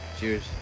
Cheers